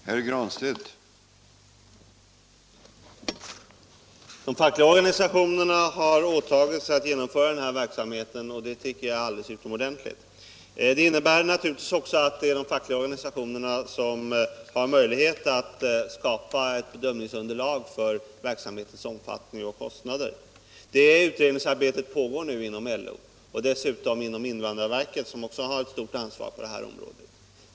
Herr talman! De fackliga organisationerna har åtagit sig att genomföra den här verksamheten, och det tycker jag är alldeles utomordentligt. Det innebär att det är de fackliga organisationerna som har möjlighet att skapa ett bedömningsunderlag för verksamhetens omfattning och kostnader. Detta utredningsarbete pågår inom LO och dessutom hos invandrarverket, som också har ett stort ansvar på det här området.